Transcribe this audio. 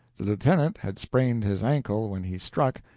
the lieutenant had sprained his ankle when he struck,